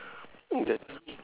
mm that's